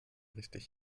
richtig